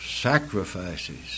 sacrifices